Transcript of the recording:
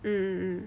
mm